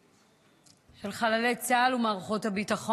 התשפ"ד 2024, של חברת הכנסת פנינה תמנו,